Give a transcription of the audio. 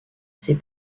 ses